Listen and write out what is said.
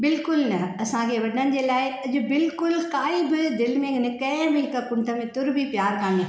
बिल्कुलु न असांखे वॾनि जे लाइ अॼु बिल्कुलु काइ बि दिलि में न कंहिं बि हिक कुंड में तुर बि प्यारु कोन्हे